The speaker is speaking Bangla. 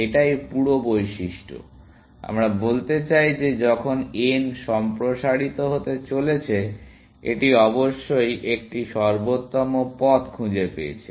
এটাই পুরো বৈশিষ্ট্য আমরা বলতে চাই যে যখন n সম্প্রসারিত হতে চলেছে এটি অবশ্যই একটি সর্বোত্তম পথ খুঁজে পেয়েছে